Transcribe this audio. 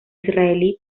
israelí